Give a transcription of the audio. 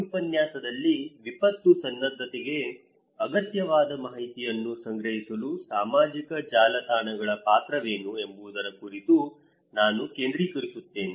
ಈ ಉಪನ್ಯಾಸದಲ್ಲಿ ವಿಪತ್ತು ಸನ್ನದ್ಧತೆಗೆ ಅಗತ್ಯವಾದ ಮಾಹಿತಿಯನ್ನು ಸಂಗ್ರಹಿಸಲು ಸಾಮಾಜಿಕ ಜಾಲತಾಣಗಳ ಪಾತ್ರವೇನು ಎಂಬುದರ ಕುರಿತು ನಾನು ಕೇಂದ್ರೀಕರಿಸುತ್ತೇನೆ